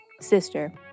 sister